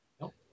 No